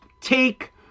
take